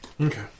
Okay